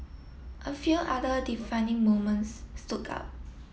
a few other defining moments stood out